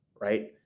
right